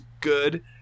good